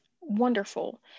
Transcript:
Wonderful